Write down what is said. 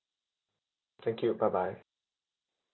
thank you bye bye